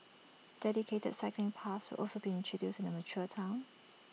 dedicated cycling paths will also be introduced in the mature Town